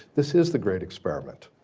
this is the great experiment.